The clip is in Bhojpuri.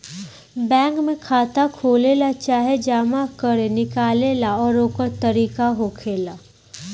बैंक में खाता खोलेला चाहे जमा करे निकाले ला ओकर तरीका होखेला